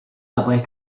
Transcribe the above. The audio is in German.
dabei